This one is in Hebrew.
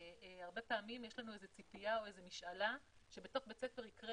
הרבה פעמים יש לנו ציפייה או משאלה שבתוך בית ספר יקרה